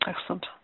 Excellent